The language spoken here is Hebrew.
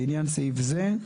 לעניין סעיף זה,